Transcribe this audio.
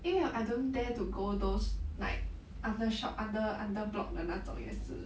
因为 I don't dare to go those like under shop under under block 的那种也是